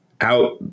out